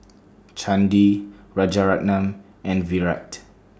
Chandi Rajaratnam and Virat